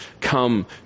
come